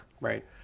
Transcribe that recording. right